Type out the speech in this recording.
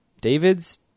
David's